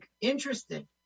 interesting